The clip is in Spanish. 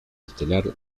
estelar